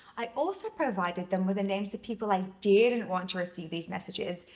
i also provided them with the names of people i didn't want to receive these messages,